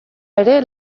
ere